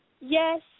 Yes